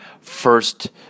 first